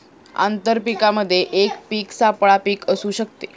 आंतर पीकामध्ये एक पीक सापळा पीक असू शकते